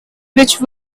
which